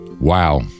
wow